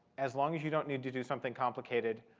as long as you don't need to do something complicated,